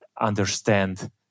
understand